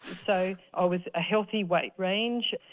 so i was a healthy weight range,